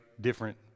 different